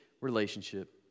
relationship